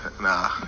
Nah